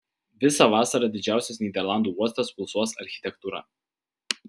visą vasarą didžiausias nyderlandų uostas pulsuos architektūra